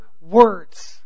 words